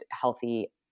healthy